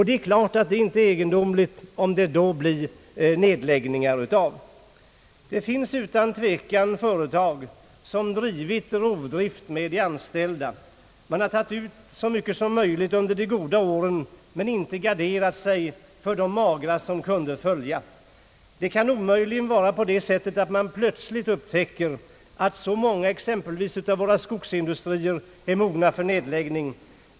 Det är klart att det inte är egendomligt om det då blir nedläggningar. Det finns utan tvivel företag som gjort sig skyldiga till rovdrift gentemot sina anställda. Man har tagit ut så mycket som möjligt under de goda åren men inte garderat sig mot de magra år som kunde följa. Det kan t.ex. omöjligen vara så att man nu plötsligt upptäckt att många av våra skogsindustrier är mogna för nedläggning.